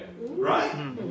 Right